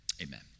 amen